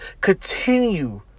continue